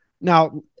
Now